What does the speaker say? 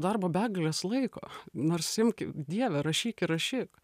darbo begalės laiko nors imk dieve rašyk ir rašyk